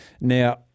Now